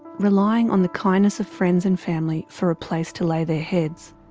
relying on the kindness of friends and family for a place to lay their heads.